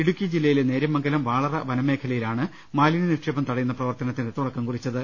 ഇടുക്കി ജില്ലയിലെ നേര്യമംഗലം വാളറ വനമേഖല യിലാണ് മാലിന്യനിക്ഷേപം തടയുന്ന പ്രവർത്തനത്തിന് തുടക്കം കുറിച്ച ത്